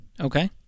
Okay